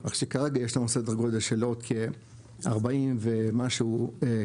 אך שכרגע יש לנו סדר גודל של עוד 40 ומשהו קילומטר